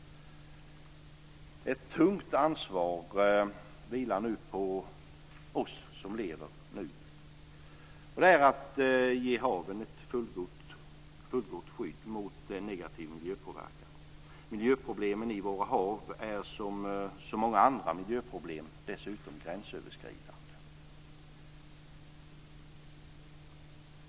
Ett tungt ansvar vilar på oss som lever nu, och det är att ge haven ett fullgott skydd mot negativ miljöpåverkan. Miljöproblemen i våra hav är, som så många andra miljöproblem, dessutom gränsöverskridande.